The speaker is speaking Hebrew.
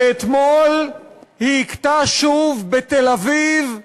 ואתמול היא הכתה שוב בתל-אביב,